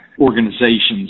organizations